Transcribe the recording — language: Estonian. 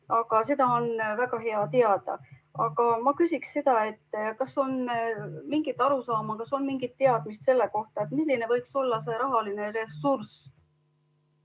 aga seda on väga hea teada. Aga ma küsiksin, kas on mingit arusaama, mingit teadmist selle kohta, milline võiks olla see rahaline ressurss.